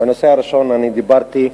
בנושא הראשון אני דיברתי,